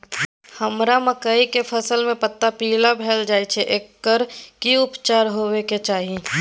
हमरा मकई के फसल में पता पीला भेल जाय छै एकर की उपचार होबय के चाही?